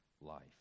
life